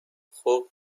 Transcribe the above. خوب